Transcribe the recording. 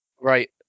Right